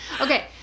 Okay